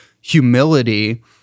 humility